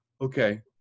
okay